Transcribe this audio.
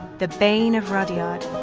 the bane of rudyard.